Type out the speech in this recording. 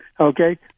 Okay